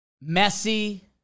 Messy